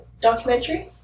documentary